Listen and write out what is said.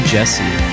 Jesse